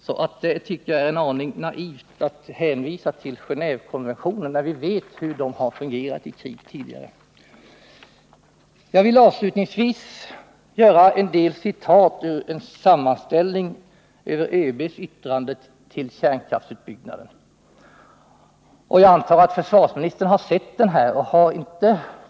Jag tycker att det är en aning naivt att hänvisa till Genévekonventionen, då vi ju vet hur konventionerna har fungerat i krig. Avslutningsvis vill jag citera ur en sammanställning över ÖB:s yttranden om kärnkraftsutbyggnaden. Jag antar att försvarsministern har sett den här sammanställningen.